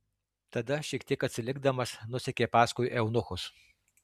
tada šiek tiek atsilikdamas nusekė paskui eunuchus